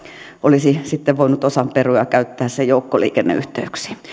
olisi sitten voinut osan perua ja käyttää sen joukkoliikenneyhteyksiin